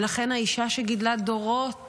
ולכן, האישה שגידלה דורות